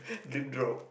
deep drop